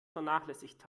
vernachlässigt